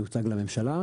זה הוצג לממשלה,